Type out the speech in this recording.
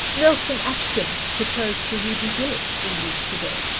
nelson atkins proposed to ruby gillis three weeks ago.